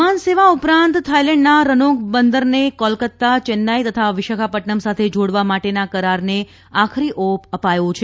વિમાનસેવા ઉપરાંત થાઇલેન્ડના રનોંગ બંદરને કોલકત્તાચેન્નાઇ તથા વિશાખાપદ્દનમ સાથે જોડવા માટેના કરારને આખરી ઓપ અપાયો છે